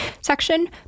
section